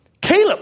Caleb